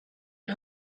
een